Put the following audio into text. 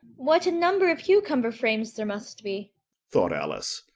what a number of cucumber-frames there must be thought alice.